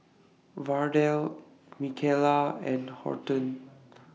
Verdell Michaela and Horton